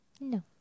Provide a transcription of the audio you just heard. no